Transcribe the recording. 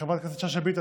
חברת הכנסת שאשא ביטון,